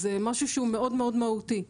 זה משהו שהוא מאוד-מאוד מהותי,